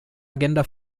agenda